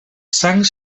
sang